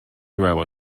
railway